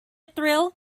thrill